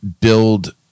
build